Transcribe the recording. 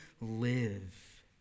live